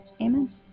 Amen